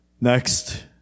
Next